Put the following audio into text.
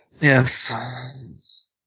Yes